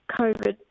COVID